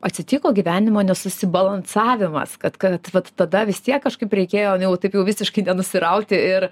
atsitiko gyvenimo nesusibalansavimas kad kad vat tada vis tiek kažkaip reikėjo ne taip jau visiškai nusirauti ir